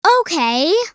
Okay